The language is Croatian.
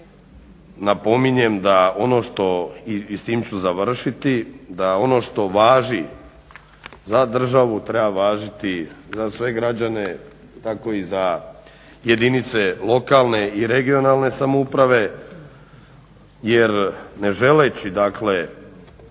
napominjem da ono što i s tim ću završiti, da ono što važi za državu treba važiti za sve građane, tako i za jedinice lokalne i regionalne samouprave. Jer ne želeći dakle,